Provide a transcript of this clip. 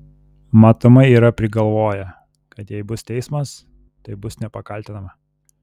matomai yra prigalvoję kad jei bus teismas tai bus nepakaltinama